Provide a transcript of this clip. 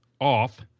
off